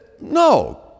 no